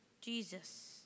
Jesus